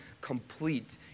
complete